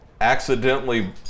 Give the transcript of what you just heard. accidentally